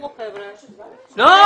חבר'ה, קומו.